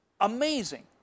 Amazing